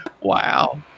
Wow